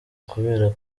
kubera